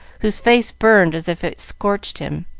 whose face burned as if it scorched him.